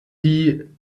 die